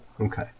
Okay